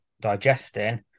digesting